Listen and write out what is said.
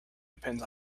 depends